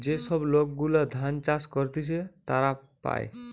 যে সব লোক গুলা ধান চাষ করতিছে তারা পায়